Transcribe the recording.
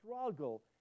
struggle